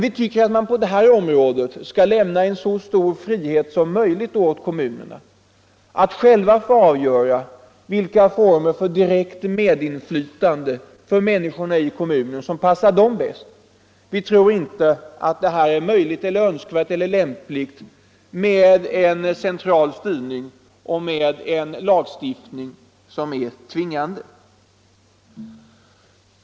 Vi anser emellertid att man skall lämna så stor frihet som möjligt åt kommunerna att själva få avgöra vilka former för direkt medinflytande för människorna i kommunerna som passar dem bäst. Vi tror inte att det är möjligt, önskvärt eller lämpligt med en central styrning och en tvingande lagstiftning.